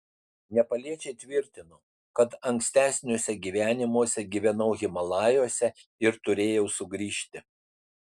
nepaliečiai tvirtino kad ankstesniuose gyvenimuose gyvenau himalajuose ir turėjau sugrįžti